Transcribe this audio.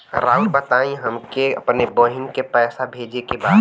राउर बताई हमके अपने बहिन के पैसा भेजे के बा?